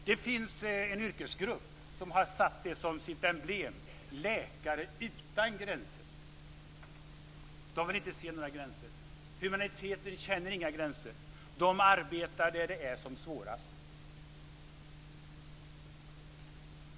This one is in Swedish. Det finns en yrkesgrupp som har satt det som sitt emblem: Läkare utan gränser. De vill inte se några gränser. Humaniteten känner inga gränser. De arbetar där det är som svårast.